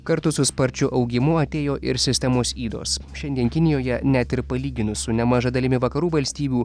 kartu su sparčiu augimu atėjo ir sistemos ydos šiandien kinijoje net ir palyginus su nemaža dalimi vakarų valstybių